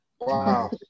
Wow